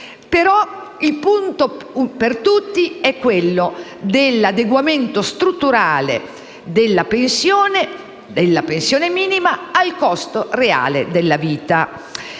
Il punto però per tutti è quello dell'adeguamento strutturale della pensione minima al costo reale della vita.